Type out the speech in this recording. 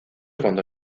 cuando